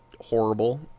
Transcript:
horrible